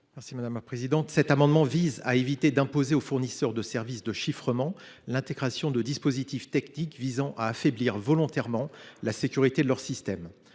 M. Olivier Cadic. Cet amendement tend à ne pas imposer aux fournisseurs de services de chiffrement l’intégration de dispositifs techniques visant à affaiblir volontairement la sécurité de leur système.